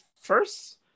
first